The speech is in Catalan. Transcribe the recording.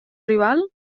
rival